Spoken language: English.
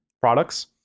products